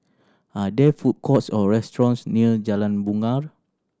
are there food courts or restaurants near Jalan Bungar